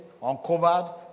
uncovered